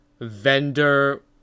vendor